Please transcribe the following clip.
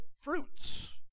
fruits